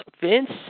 Vince